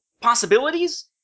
possibilities